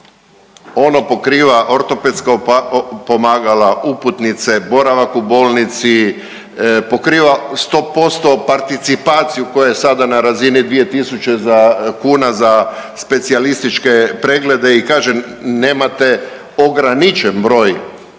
Ono pokriva ortopedska pomagala, uputnice, boravak u bolnici, pokriva sto posto participaciju koja je sada na razini 2000 kuna za specijalističke preglede i kažem nemate ograničen broj